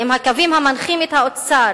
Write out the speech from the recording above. ואם הקווים המנחים את האוצר